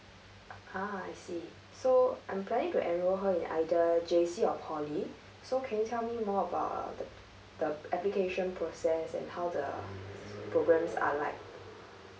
ah I see so I'm planning to enroll her in either J_C or poly so can you tell me more about uh the the application process and how the programs are like